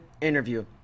interview